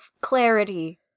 clarity